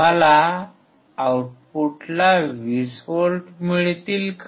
मला आउटपुटला 20 व्होल्ट मिळतील का